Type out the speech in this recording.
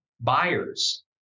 buyers